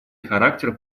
характер